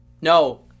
No